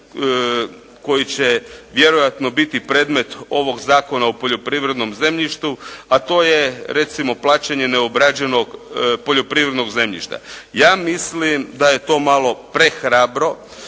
koji će vjerojatno biti predmet ovog Zakona o poljoprivrednom zemljištu, a to je recimo plaćanje neobrađenog poljoprivrednog zemljišta. Ja mislim da je to malo prehrabro,